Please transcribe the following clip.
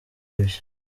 ivyo